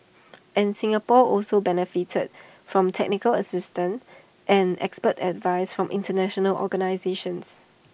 and Singapore also benefited from technical assistance and expert advice from International organisations